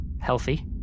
Healthy